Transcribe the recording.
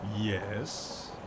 Yes